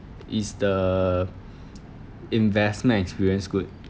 is the investment experience good